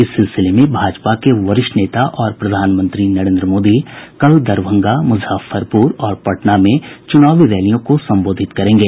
इस सिलसिले में भाजपा के वरिष्ठ नेता और प्रधानमंत्री नरेंद्र मोदी कल दरभंगा मुजफ्फरपुर और पटना में चुनावी रैलियों को संबोधित करेंगे